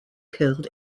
killed